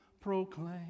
proclaim